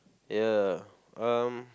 ya um